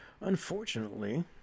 Unfortunately